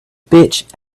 bitch